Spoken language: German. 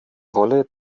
rolle